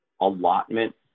allotment